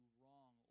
wrong